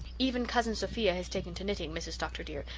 even cousin sophia has taken to knitting, mrs. dr. dear,